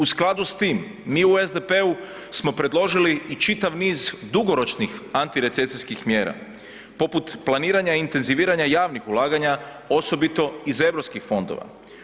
U skladu s tim mi u SDP-u smo predložili i čitav niz dugoročnih antirecesijskih mjera poput planiranja i intenziviranja javnih ulaganja osobito iz Europskih fondova.